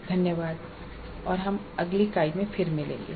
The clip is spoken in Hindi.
धन्यवाद और हम अगली इकाई में फिर मिलेंगे